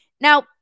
Now